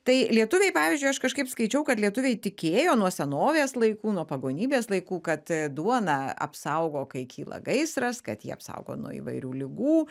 tai lietuviai pavyzdžiui aš kažkaip skaičiau kad lietuviai tikėjo nuo senovės laikų nuo pagonybės laikų kad duona apsaugo kai kyla gaisras kad ji apsaugo nuo įvairių ligų